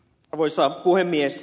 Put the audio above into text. arvoisa puhemies